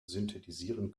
synthetisieren